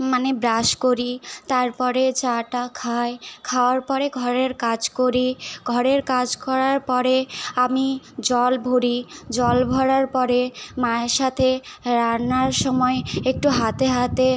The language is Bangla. মনে ব্রাশ করি তারপরে চা টা খাই খাওয়ার পরে ঘরের কাজ করি ঘরের কাজ করার পরে আমি জল ভরি জল ভরার পরে মায়ের সাথে রান্নার সময় একটু হাতে হাতে